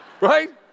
Right